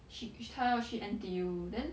she 她要去 N_T_U then